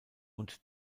und